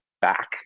back